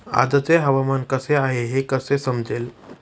आजचे हवामान कसे आहे हे कसे समजेल?